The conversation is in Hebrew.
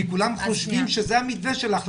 כי כולם חושבים שזה המתווה שלך,